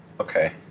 Okay